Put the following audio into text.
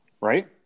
right